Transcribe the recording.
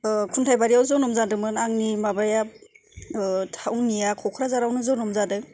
खुन्थायबारियाव जोनोम जादोंमोन आंनि माबाया थावनिया क'क्राझारावनो जोनोम जादों